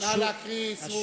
להקריא סיבוב שני.